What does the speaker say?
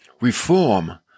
Reform